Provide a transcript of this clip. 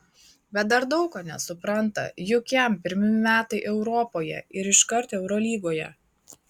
bet dar daug ko nesupranta juk jam pirmi metai europoje ir iškart eurolygoje